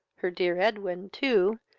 her dear edwin, too,